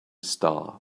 star